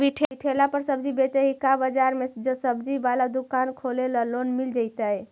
अभी ठेला पर सब्जी बेच ही का बाजार में ज्सबजी बाला दुकान खोले ल लोन मिल जईतै?